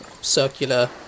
circular